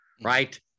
right